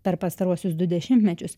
per pastaruosius du dešimtmečius